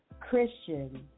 Christian